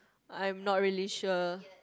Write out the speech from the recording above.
I'm not really sure